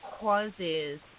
causes